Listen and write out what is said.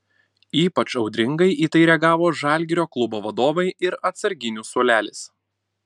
ypač audringai į tai reagavo žalgirio klubo vadovai ir atsarginių suolelis